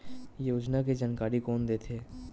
योजना के जानकारी कोन दे थे?